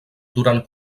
durant